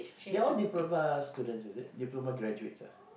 they are all diploma students is it diploma graduates ah